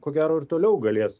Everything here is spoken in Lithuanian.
ko gero ir toliau galės